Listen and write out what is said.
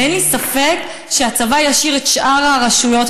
ואין לי ספק שהצבא ישאיר את שאר הרשויות,